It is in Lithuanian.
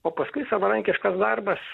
o paskui savarankiškas darbas